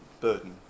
burden